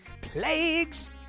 plagues